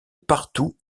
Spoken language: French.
partout